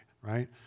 Right